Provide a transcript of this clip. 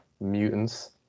mutants